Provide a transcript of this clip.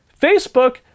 Facebook